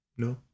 no